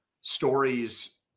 stories